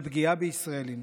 על פגיעה בישראלים.